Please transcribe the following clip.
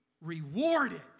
rewarded